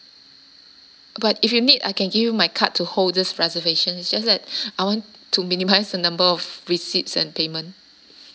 but if you need I can give you my card to hold this reservation just that I want to minimize the number of receipts and payment